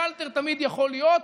שאלטר תמיד יכול להיות.